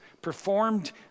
performed